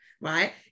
right